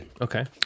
okay